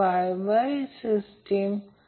म्हणून मला ते स्पष्ट करू द्या